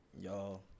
y'all